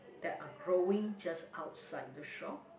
that are growing just outside the shop